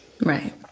Right